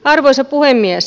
arvoisa puhemies